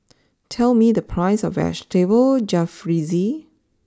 tell me the price of Vegetable Jalfrezi